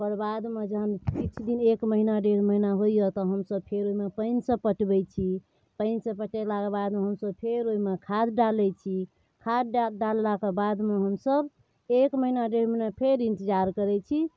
ओकर बादमे जहन किछु दिन एक महिना डेढ़ महिना होइए तऽ हमसब फेर ओहिमे पानिसँ पटबैत छी पानिसँ पटेलाके बादमे हमसब फेर खाद ओहिमे डालैत छी खाद डाल डाललाके बादमे हमसब एक महिना डेढ़ महिना फेर इंतजार करैत छी